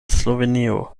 slovenio